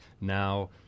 Now